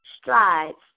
strides